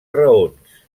raons